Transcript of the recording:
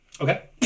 okay